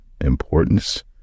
importance